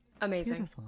Amazing